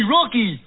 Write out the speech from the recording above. Rocky